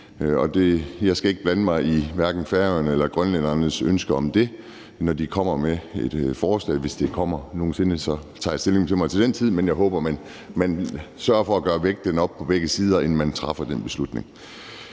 Jeg skal ikke blande mig i hverken færingernes eller grønlændernes ønske om det. Når de kommer med et forslag, hvis det kommer nogen sinde, så tager jeg stilling til det til den tid, men jeg håber, at man sørger for at gøre at gøre vægten op på begge sider, inden man træffer den beslutning.